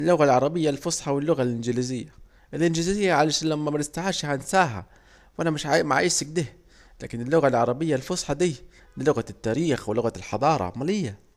اللغة العربية الفصحى واللغة الانجليزية، الانجليزية عشان لو ممارستهاش هنساها وانا معايزشي اكده، لكن اللغة العربية ديه لغة التاريخ ولغة الحضارة امال ايه